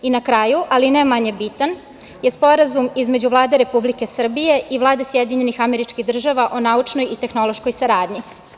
Na kraju, ali ne manje bitan, Sporazum između Vlade Republike Srbije i Vlade SAD o naučnoj i tehnološkoj saradnji.